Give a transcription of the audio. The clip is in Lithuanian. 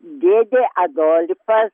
dėdė adolfas